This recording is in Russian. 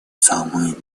самые